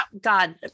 God